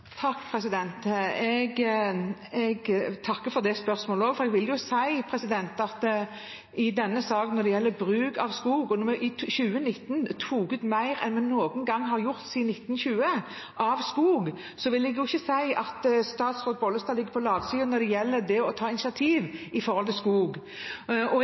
Jeg takker for det spørsmålet også. Jeg vil si når det gjelder bruk av skog: Når vi i 2019 tok ut mer skog enn vi noen gang har gjort siden 1920, vil jeg ikke si at statsråd Bollestad ligger på latsiden med hensyn til det å ta initiativ når det gjelder skog. Jeg er opptatt av at det